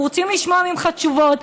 אנחנו רוצים לשמוע ממך תשובות.